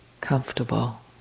comfortable